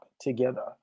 together